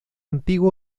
antigua